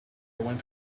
went